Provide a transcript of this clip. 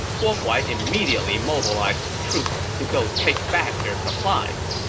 guo huai immediately mobilized his troops to go take back their supplies.